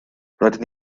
rydyn